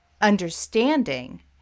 understanding